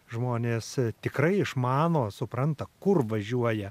žmonės tikrai išmano supranta kur važiuoja